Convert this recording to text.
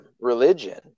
religion